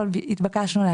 אנחנו